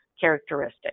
characteristic